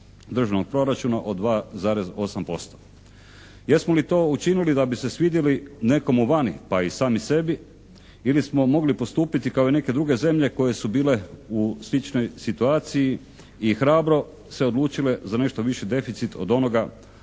državnog proračuna od 2,8%. Jesmo li to učinili da bi se svidjeli nekomu vani pa i sami sebi ili smo mogli postupiti kao i neke druge zemlje koje su bile u sličnoj situaciji i hrabro se odlučile za nešto viši deficit koji je definiran